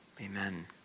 Amen